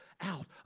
out